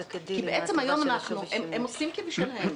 בעצם היום הם עושים כבשלהם,